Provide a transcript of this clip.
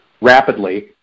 rapidly